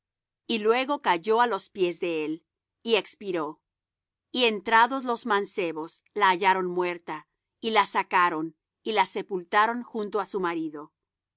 y luego cayó á los pies de él y espiró y entrados los mancebos la hallaron muerta y la sacaron y la sepultaron junto á su marido